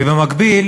ובמקביל